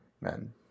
men